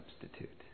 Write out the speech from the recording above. substitute